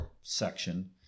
section